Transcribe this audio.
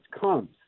comes